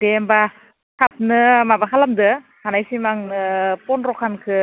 दे होनबा थाबनो माबा खालामदो हानायसिम आंनो फन्द्र'खानखौ